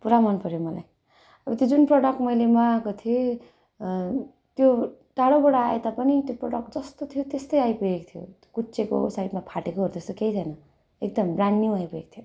पुरा मनपऱ्यो मलाई अब त्यो जुन प्रडक्ट मैले मगाएको थिएँ त्यो टाढोबाट आयो तापनि त्यो प्रडक्ट जस्तो थियो त्यस्तै आइपुगेको थियो कुच्चिएको साइडमा फाटेको हो त्यस्तो केही थिएन एकदम ब्रान्ड न्यू आइपुगेको थियो